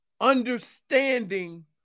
Understanding